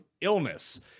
illness